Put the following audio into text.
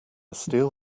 steel